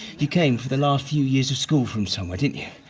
you came for the last few years of school from somewhere, didn't you?